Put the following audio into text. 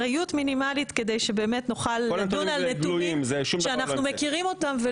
זה אחריות מינימלית כדי שבאמת נוכל לדון על נתונים שאנחנו מכירים אותם.